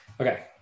Okay